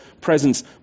presence